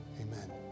Amen